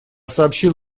сообщил